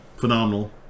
phenomenal